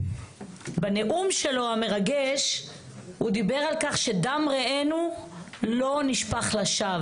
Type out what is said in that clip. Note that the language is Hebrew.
בנאום המרגש שלו הוא דיבר על כך שדם רענו לא נשפך לשב,